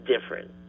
different